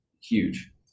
huge